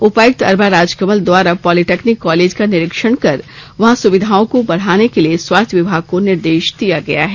उपायुक्त अरवा राजकमल द्वारा polytechnic college का निरीक्षण कर वहां सुविधाओं को बढ़ाने के लिए स्वास्थ्य विभाग को निर्देश दिया गया है